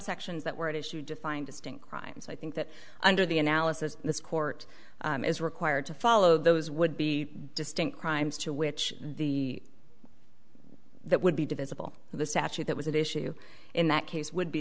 subsections that were issued to find distinct crimes i think that under the analysis this court is required to follow those would be distinct crimes to which the that would be divisible the statute that was an issue in that case would be